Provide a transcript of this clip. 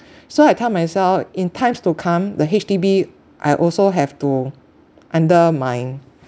so I tell myself in times to come the H_D_B I also have to under my